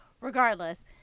Regardless